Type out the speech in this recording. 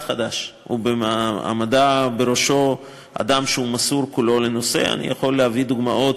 חדש ובהעמדה של אדם שמסור כולו לנושא בראשו.